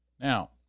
Now